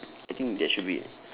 I think that should be